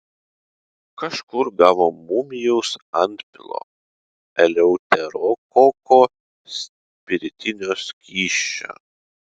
kažkur gavo mumijaus antpilo eleuterokoko spiritinio skysčio